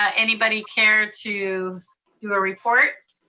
ah anybody care to do a report?